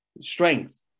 strength